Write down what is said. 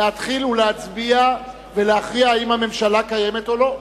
להתחיל ולהצביע ולהכריע האם הממשלה קיימת או לא.